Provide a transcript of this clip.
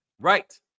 Right